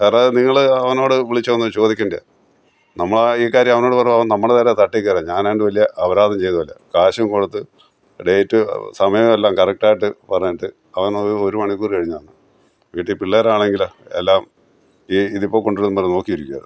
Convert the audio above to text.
വേറെ നിങ്ങൾ അവനോട് വിളിച്ചൊന്ന് ചോദിക്കണ്ടെ നമ്മൾ ഈ കാര്യം അവനോട് പറഞ്ഞപ്പോൾ അവൻ നമ്മളെ നേരെ തട്ടികേറുകയാണ് ഞാനാണ്ട് വലിയ അപരാധം ചെയ്തപോലെ കാശും കൊടുത്ത് ഡേറ്റ് സമയം എല്ലാം കറക്റ്റായിട്ട് പറഞ്ഞിട്ട് അവൻ വന്നത് ഒരു മണിക്കൂർ കഴിഞ്ഞ് വീട്ടിൽ പിള്ളേരാണെങ്കിൽ എല്ലാം ഇതിപ്പോൾ കൊണ്ടുവരുമെന്നും പറഞ്ഞു നോക്കി ഇരിക്കുകയാണ്